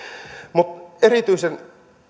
mutta erityisen